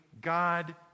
God